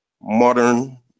modern